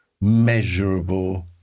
measurable